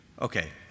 Okay